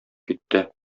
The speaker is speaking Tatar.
китте